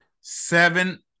seven